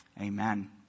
Amen